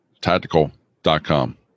Tactical.com